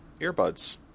earbuds